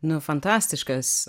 nu fantastiškas